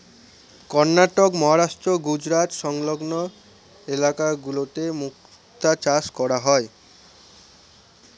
কর্ণাটক, মহারাষ্ট্র, গুজরাট সংলগ্ন ইলাকা গুলোতে মুক্তা চাষ করা হয়